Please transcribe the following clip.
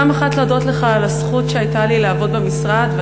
פעם אחת על הזכות שהייתה לי לעבוד במשרד,